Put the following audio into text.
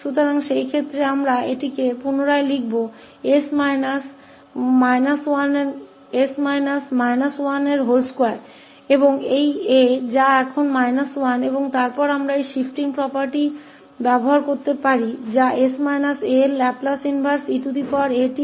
तो उस मामले में हम फिर से लिखने होगा s 2 और इस 𝑎 जो 1 है अब और फिर हम इस property शिफ्टिंग का उपयोग कर सकते है कि 𝐹𝑠 𝑎 की लाप्लास उलटा eat𝑓𝑡 है